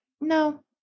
no